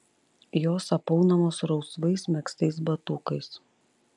jos apaunamos rausvais megztais batukais